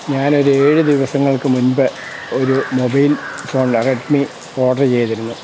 ഞാൻ ഒരു ഏഴ് ദിവസങ്ങൾക്ക് മുൻപ് ഒരു മൊബൈൽ ഫോൺ റെഡ്മി ഓർഡർ ചെയ്തിരുന്നു